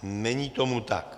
Není tomu tak.